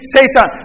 Satan